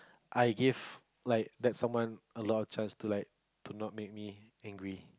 I give like that someone a lot of chances to like to not make me angry